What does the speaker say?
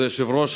כבוד היושב-ראש,